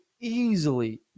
easily